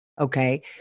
okay